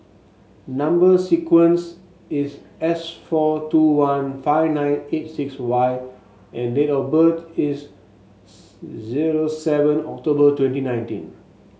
number sequence is S four two one five nine eight six Y and date of birth is zero seven October twenty nineteen